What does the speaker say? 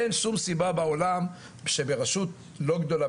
אין שום סיבה בעולם שברשות לא גדולה,